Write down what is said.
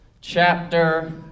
chapter